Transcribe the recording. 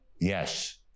Yes